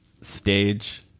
stage